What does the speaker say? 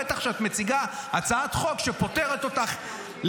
בטח כשאת מציגה הצעת חוק שפוטרת אותך,